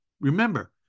Remember